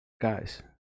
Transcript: Guys